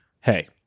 hey